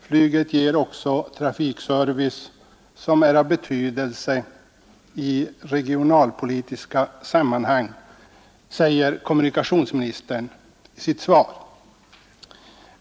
Flyget ger också trafikservice som är av betydelse i regionalpolitiska sammanhang”, säger kommunikationsministern i sitt svar.